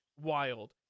wild